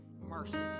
mercies